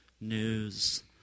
news